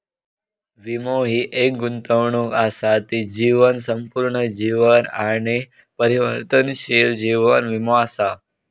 वीमो हि एक गुंतवणूक असा ती जीवन, संपूर्ण जीवन आणि परिवर्तनशील जीवन वीमो असा